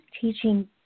teaching